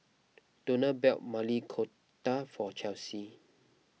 Donell bell Maili Kofta for Chelsea